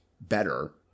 better